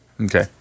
Okay